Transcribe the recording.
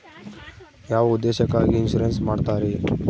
ಯಾವ ಉದ್ದೇಶಕ್ಕಾಗಿ ಇನ್ಸುರೆನ್ಸ್ ಮಾಡ್ತಾರೆ?